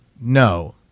No